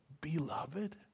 beloved